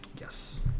Yes